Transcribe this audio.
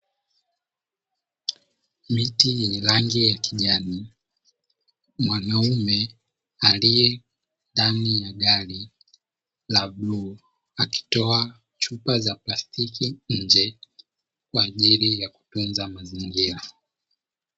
Miti yenye rangi ya kijani, mwanaume aliye ndani ya gari la bluu akitoa chupa za plastiki nje kwa ajili ya kutunza mazingira.